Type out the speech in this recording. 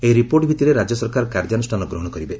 ଏହି ରିପୋର୍ଟ ଭିତ୍ତିରେ ରାଜ୍ୟ ସରକାର କାର୍ଯ୍ୟାନୁଷ୍ଠାନ ଗ୍ରହଣ କରିବେ